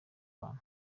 bana